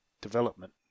development